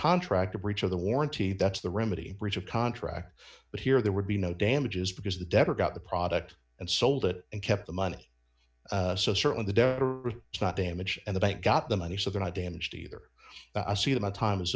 contract a breach of the warranty that's the remedy breach of contract but here there would be no damages because the debtor got the product and sold it and kept the money so certain the death it's not damage and the bank got the money so they're not damaged either a see the time is